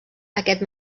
aquest